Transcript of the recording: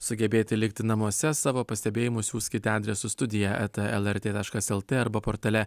sugebėti likti namuose savo pastebėjimus siųskite adresu studija eta lrt taškas lt arba portale